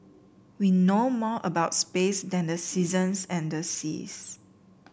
we know more about space than the seasons and the seas